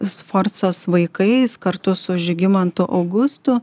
sforzos vaikais kartu su žygimantu augustu